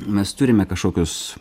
mes turime kažkokius